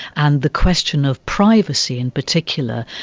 and the question of privacy in particular,